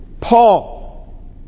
Paul